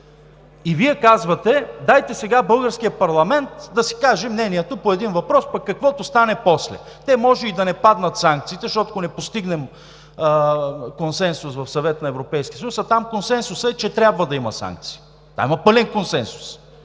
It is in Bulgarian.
и Вие казвате: дайте сега българският парламент да си каже мнението по един въпрос, пък каквото стане после. Те може и да не паднат санкциите, защото, ако не постигнем консенсус в Съвета на Европейския съюз, а там консенсусът е, че трябва да има санкции, там има пълен консенсус,